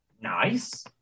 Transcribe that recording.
Nice